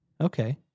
Okay